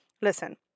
listen